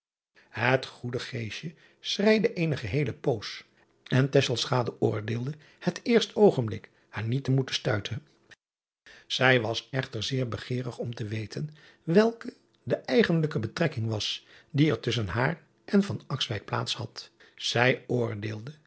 et goede schreide eene geheele poos en oordeelde het eerst oogenblik haar niet te moeten stuiten ij was echter driaan oosjes zn et leven van illegonda uisman zeer begeerig om te weten welke de eigenlijke betrekking was die er tusschen haar en plaats had ij oordeelde